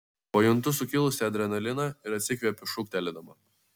pajuntu sukilusį adrenaliną ir atsikvepiu šūktelėdama